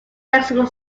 maximum